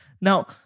Now